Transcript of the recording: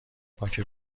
باک